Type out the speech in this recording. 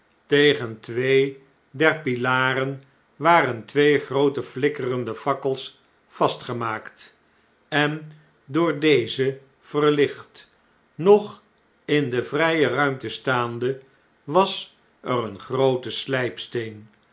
tegen twee der pilaren waren twee groote flikkerende fakkels vastgemaakt en door deze verlicht nog in de vrjje ruimte staande was er een groote